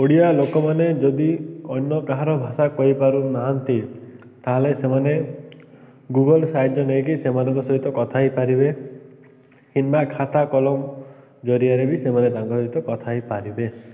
ଓଡ଼ିଆ ଲୋକମାନେ ଯଦି ଅନ୍ୟ କାହାର ଭାଷା କହିପାରୁନାହାନ୍ତି ତାହେଲେ ସେମାନେ ଗୁଗଲ ସାହାଯ୍ୟ ନେଇକି ସେମାନଙ୍କ ସହିତ କଥା ହେଇପାରିବେ କିମ୍ବା ଖାତା କଲମ ଜରିଆରେ ବି ସେମାନେ ତାଙ୍କ ସହିତ କଥା ହେଇପାରିବେ